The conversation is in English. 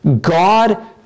God